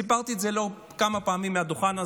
סיפרתי את זה כמה פעמים מעל הדוכן הזה.